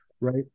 right